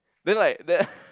then like that